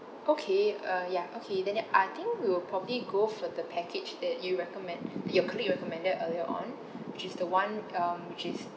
okay uh ya okay then then I think we will probably go for the package that you recommend that your colleague recommended earlier on which is the one um which is